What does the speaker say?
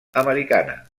americana